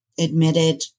admitted